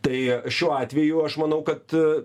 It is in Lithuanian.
tai šiuo atveju aš manau kad